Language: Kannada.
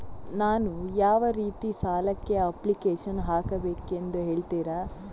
ನಾನು ಯಾವ ರೀತಿ ಸಾಲಕ್ಕೆ ಅಪ್ಲಿಕೇಶನ್ ಹಾಕಬೇಕೆಂದು ಹೇಳ್ತಿರಾ?